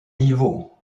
niveaux